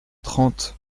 trente